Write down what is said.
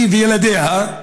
היא וילדיה.